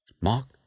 Mark